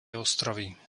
ostrovy